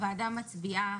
הוועדה מצביעה